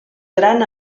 gran